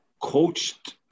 Coached